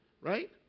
right